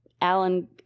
Alan